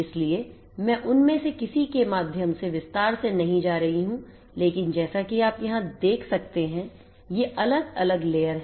इसलिए मैं उनमें से किसी के माध्यम से विस्तार से नहीं जा रही हूं लेकिन जैसा कि आप यहां देख सकते हैं ये अलग अलग लेयर हैं